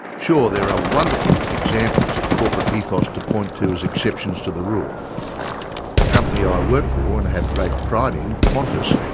sure, there are wonderful examples of corporate ethos to point to as exceptions to the rule a company i work for and have great pride in, qantas,